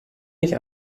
nicht